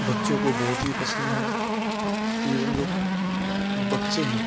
बच्चों को बहुत हीं पसंद है एवम जो बच्चे हैं